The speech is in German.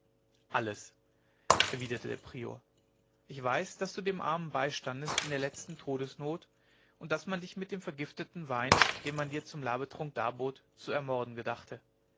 alles erwiderte der prior ich weiß daß du dem armen beistandest in der letzten todesnot und daß man dich mit dem vergifteten wein den man dir zum labetrunk darbot zu ermorden gedachte